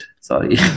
Sorry